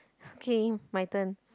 okay my turn